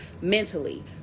mentally